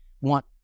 want